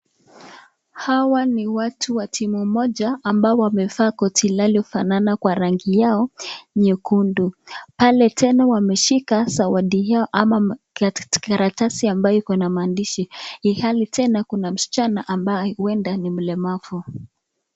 Hawa ni watu wa timu moja ambao wamevaa koti linalofanana kwa rangi yao nyekundu. Pale tena wameshika zawadi yao ama karatasi ambayo iko na maandishi ilhali tena kuna msichana ambaye uenda ni mlemavu.